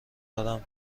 دارم